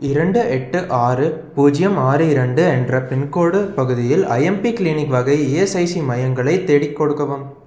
இரண்டு எட்டு ஆறு பூஜ்ஜியம் ஆறு இரண்டு என்ற பின்கோடு பகுதியில் ஐஎம்பி க்ளீனிக் வகை இஎஸ்ஐசி மையங்களைத் தேடிக் கொடுக்கவும்